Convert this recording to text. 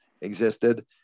existed